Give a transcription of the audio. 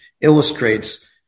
illustrates